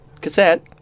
Cassette